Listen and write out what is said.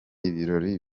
ibirori